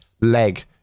leg